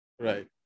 right